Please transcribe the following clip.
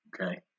Okay